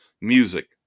Music